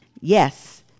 Yes